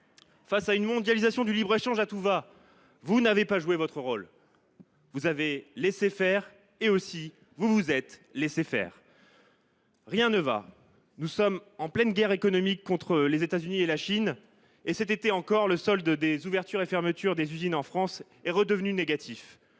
Face à la mondialisation du libre échange à tout va, vous n’avez pas joué votre rôle. Vous avez laissé faire et vous vous êtes laissé faire. Rien ne va : nous sommes en pleine guerre économique avec les États Unis et la Chine, et le solde des ouvertures et fermetures d’usines en France est redevenu négatif